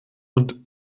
und